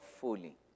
fully